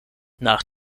nach